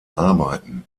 arbeiten